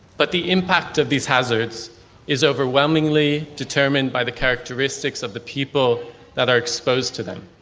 but the impact of these hazards is overwhelmingly determined by the characteristics of the people that are exposed to them.